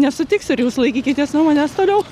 nesutiksiu ir jūs laikykitės nuo manęs toliau